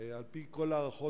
על-פי כל ההערכות,